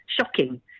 shocking